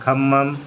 Khammam